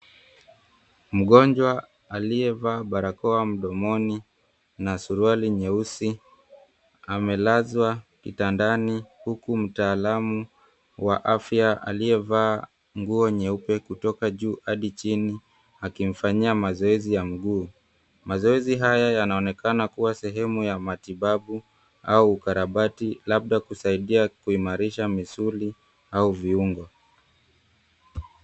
Mgonjwa, aliyevaa barakoa mdomoni na suruali nyeusi amelazwa kitandani, huku mtaalamu wa afya, aliyevaa nguo nyeupe kutoka juu hadi chini, akimfanyia mazoezi ya mguu. Mazoezi haya yanaonekana kuwa sehemu ya matibabu au ukarabati, labda kusaidia kuimarisha misuli au viungo.